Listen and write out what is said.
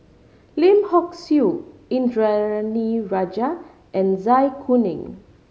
Lim Hock Siew Indranee Rajah and Zai Kuning